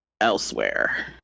elsewhere